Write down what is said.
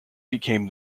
became